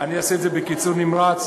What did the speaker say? אני אעשה את זה בקיצור נמרץ.